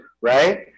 right